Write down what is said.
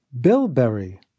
Bilberry